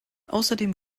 außerdem